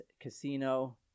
Casino